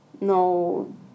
no